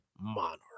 Monarch